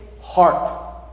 heart